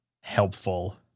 helpful